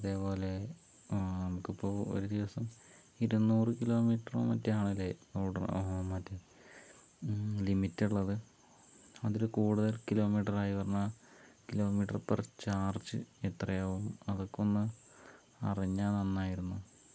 അതേപോലെ നമുക്ക്പ്പോ ഒരു ദിവസം ഇരുനൂറു കിലോമീറ്റർ മറ്റോ ആണല്ലേ ഓടുന്നെ മറ്റേ ലിമിറ്റ് ഉള്ളത് അതിൽ കൂടുതൽ കിലോമീറ്റർ ആയ വരുന്ന കിലോമീറ്റർ പെർ ചാർജ് എത്രയാകും അതൊക്കെ ഒന്ന് അറിഞ്ഞാൽ നന്നായിരുന്നു